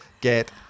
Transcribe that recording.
get